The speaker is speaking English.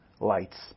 lights